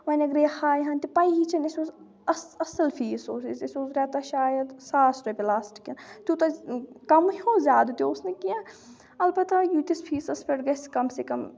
وۄنۍ اگرَے یہِ ہایِہ ہٲن تہِ پَیی چھِنہٕ اَسہِ اوس اَص اَصٕل فیٖس اوس اَسہِ اَسہِ اوس رٮ۪تَس شاید ساس رۄپیہِ لاسٹکٮ۪ن تیوٗتاہ کَمٕے اوس زیادٕ تہِ اوس نہٕ کینٛہہ اَلبتہ ییٖتِس فیٖسَس پٮ۪ٹھ گژھِ کَم سے کَم